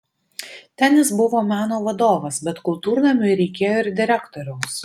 ten jis buvo meno vadovas bet kultūrnamiui reikėjo ir direktoriaus